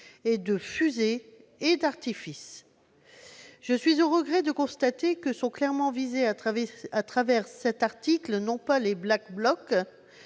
de fusées et d'artifices. Je suis au regret de constater que sont clairement visés, à travers cet article, non pas les Black Blocs,